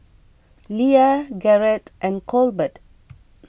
Leia Garret and Colbert